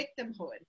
victimhood